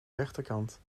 rechterkant